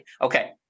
Okay